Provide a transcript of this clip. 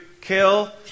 kill